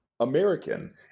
American